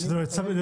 שזה לא לצמיתות.